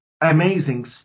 amazing